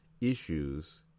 issues